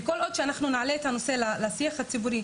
וכל עוד שאנחנו נעלה את הנושא לשיח הציבורי,